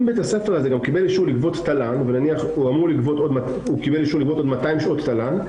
אם בית הספר קיבל אישור לגבות עוד 200 שעות תל"ן,